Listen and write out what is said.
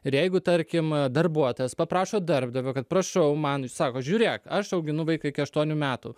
ir jeigu tarkim darbuotojas paprašo darbdavio kad prašau man jis sako žiūrėk aš auginu vaiką iki aštuonių metų